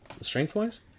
Strength-wise